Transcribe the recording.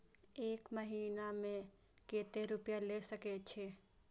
एक महीना में केते रूपया ले सके छिए?